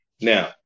Now